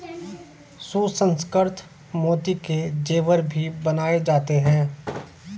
सुसंस्कृत मोती के जेवर भी बनाए जाते हैं